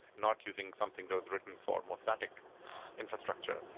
not using something that was written for more static infrastructure.